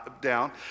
down